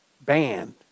banned